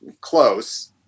close